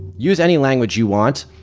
use any language you want.